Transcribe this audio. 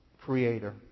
creator